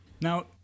Now